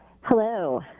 Hello